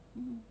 mm